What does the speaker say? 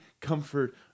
comfort